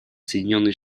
соединенные